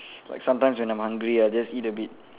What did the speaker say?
like sometimes when I'm hungry I'll just eat a bit